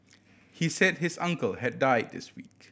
he said his uncle had died this week